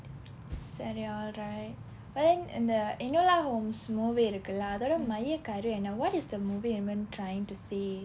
சரி:sari all right but then இந்த:intha enola holmes movie இருக்கு இல்ல அதோட மைய கரு என்ன:irukku illa athoda maiya karu enna what is the movie even trying to say